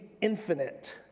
infinite